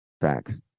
Facts